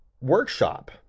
workshop